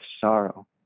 sorrow